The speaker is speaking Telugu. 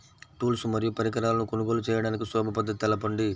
టూల్స్ మరియు పరికరాలను కొనుగోలు చేయడానికి సులభ పద్దతి తెలపండి?